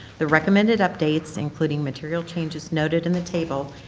the recommended updating, including material changes noted in the table,